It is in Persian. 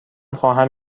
خواهم